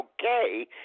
okay